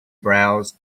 browsed